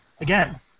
again